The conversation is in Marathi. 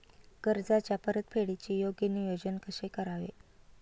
कर्जाच्या परतफेडीचे योग्य नियोजन कसे करावे?